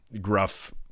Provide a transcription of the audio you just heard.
gruff